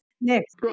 next